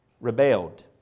rebelled